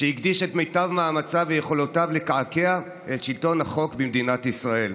שהקדיש את מיטב מאמציו ויכולותיו לקעקע את שלטון החוק במדינת ישראל.